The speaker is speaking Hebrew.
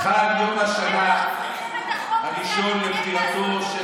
השבוע חל יום השנה הראשון לפטירתו של